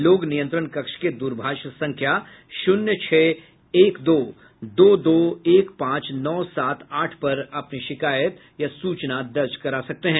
लोग नियंत्रण कक्ष के दूरभाष संख्या शून्य छह एक दो दो दो एक पांच नौ सात आठ पर अपनी शिकायत या सूचना दर्ज करा सकते हैं